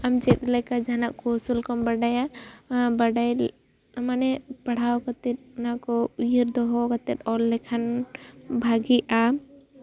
ᱟᱢ ᱪᱮᱫ ᱞᱮᱠᱟ ᱡᱟᱦᱟᱸᱱᱟᱜ ᱠᱳᱥᱚᱞ ᱠᱚᱢ ᱵᱟᱰᱟᱭᱟ ᱵᱟᱰᱟᱭ ᱢᱟᱱᱮ ᱯᱟᱲᱦᱟᱣ ᱠᱟᱛᱮᱫ ᱚᱱᱟ ᱠᱚ ᱩᱭᱦᱟᱹᱨ ᱫᱚᱦᱚ ᱠᱟᱛᱮᱫ ᱚᱞ ᱞᱮᱠᱷᱟᱱ ᱵᱷᱟᱜᱮᱜᱼᱟ